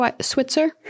Switzer